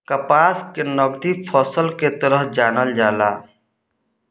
कपास के नगदी फसल के तरह जानल जाला